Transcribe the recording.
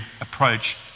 approach